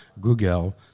Google